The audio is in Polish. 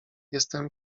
jestem